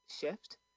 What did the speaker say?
shift